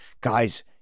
guys